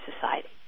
society